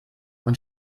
und